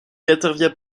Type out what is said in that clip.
intervient